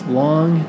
long